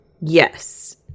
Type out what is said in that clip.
Yes